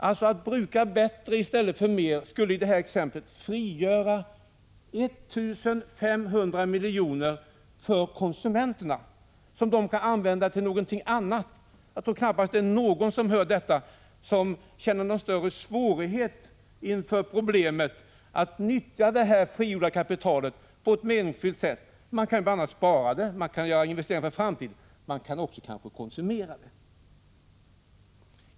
Att bruka bättre i stället för mer skulle i detta fall frigöra 1 500 miljoner för konsumenterna, som de kunde använda till någonting annat. Jag tror knappast det är någon som hör detta sc n känner att det innebär någon större svårighet att utnyttja det frigjorda kapitalet på ett meningsfullt sätt. Man kan spara det, göra investeringar för framtiden och kanske också konsumera.